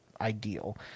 ideal